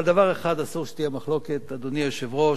אבל בדבר אחד אסור שתהיה מחלוקת, אדוני היושב-ראש,